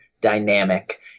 dynamic